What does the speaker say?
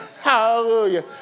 Hallelujah